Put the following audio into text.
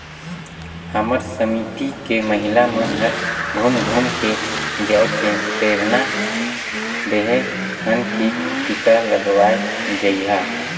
हमर समिति के महिला मन हर घुम घुम के जायके प्रेरना देहे हन की टीका लगवाये जइहा